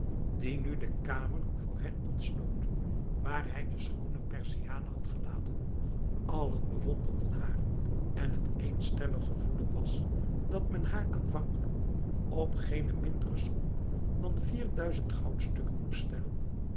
die nu de kamer voor hen ontsloot waar hij de schoone perziane had gelaten allen bewonderden haar en het eenstemmig gevoelen was dat men haar aanvankelijk op geene mindere som dan vier duizend goudstukken moest stellen